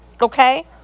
Okay